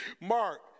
mark